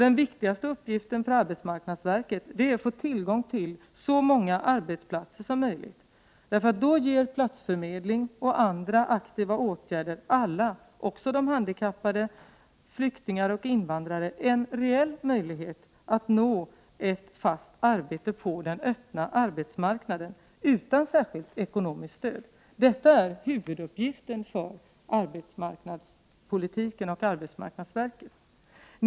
Den viktigaste uppgiften för arbetsmarknadsverket är att få tillgång till så många arbetsplatser som möjligt. Då ger arbetsplatsförmedling och andra aktiva åtgärder alla, också de handikappade, flyktingar och invandrare, en reell möjlighet att nå ett fast arbete på den öppna arbetsmarknaden utan särskilt ekonomiskt stöd. Detta är huvuduppgiften för arbetsmarknadspolitiken och arbetsmarknads verket.